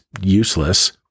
useless